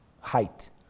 Height